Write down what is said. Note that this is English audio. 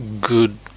good